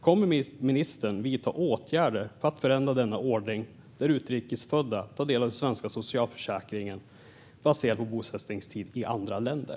Kommer ministern att vidta åtgärder för att förändra denna ordning där utrikes födda tar del av den svenska socialförsäkringen baserad på bosättningstid i andra länder?